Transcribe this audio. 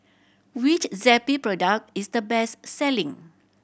which Zappy product is the best selling